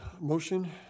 motion